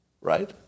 right